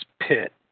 pit